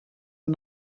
are